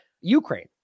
Ukraine